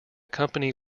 company